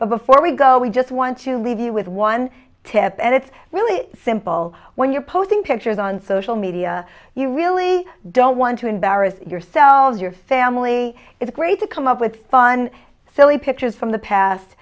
but before we go we just want to leave you with one tip and it's really simple when you're posting pictures on social media you really don't want to embarrass yourselves your family it's great to come up with fun so we pictures from the past